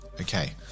Okay